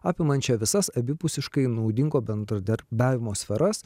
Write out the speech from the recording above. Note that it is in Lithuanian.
apimančią visas abipusiškai naudingo bendradarbiavimo sferas